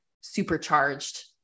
supercharged